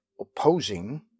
opposing